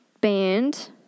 Band